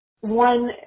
one